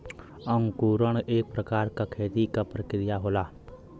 अंकुरण एक प्रकार क खेती क प्रक्रिया होला